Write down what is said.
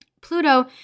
Pluto